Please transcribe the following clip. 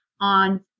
on